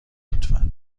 لطفا